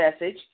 message